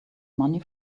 money